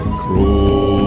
crawl